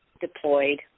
deployed